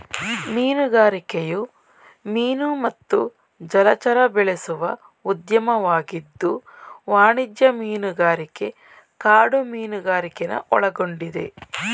ಮೀನುಗಾರಿಕೆಯು ಮೀನು ಮತ್ತು ಜಲಚರ ಬೆಳೆಸುವ ಉದ್ಯಮವಾಗಿದ್ದು ವಾಣಿಜ್ಯ ಮೀನುಗಾರಿಕೆ ಕಾಡು ಮೀನುಗಾರಿಕೆನ ಒಳಗೊಂಡಿದೆ